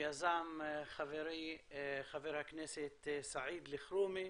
שיזם חברי חבר הכנסת סעיד אלחרומי,